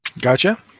Gotcha